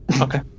Okay